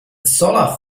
solar